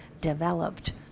developed